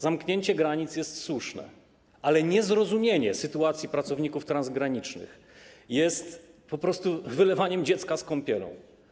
Zamknięcie granic jest słuszne, ale niezrozumienie sytuacji pracowników transgranicznych jest po prostu wylewaniem dziecka z kąpielą.